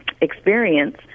experience